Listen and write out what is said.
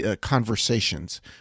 conversations